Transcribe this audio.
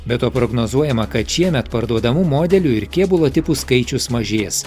be to prognozuojama kad šiemet parduodamų modelių ir kėbulo tipų skaičius mažės